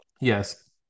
Yes